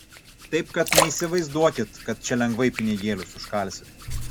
taip kad neįsivaizduokit kad čia lengvai pinigėlius užkalsit